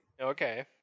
Okay